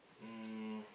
um